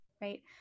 right